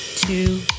Two